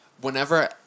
Whenever